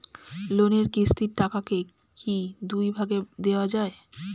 লোনের কিস্তির টাকাকে কি দুই ভাগে দেওয়া যায়?